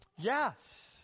Yes